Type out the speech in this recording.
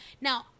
Now